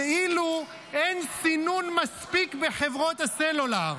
כאילו אין סינון מספיק בחברות הסלולר.